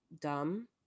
dumb